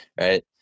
Right